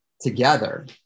Together